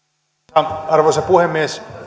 arvoisa arvoisa puhemies